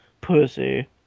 Pussy